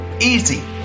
easy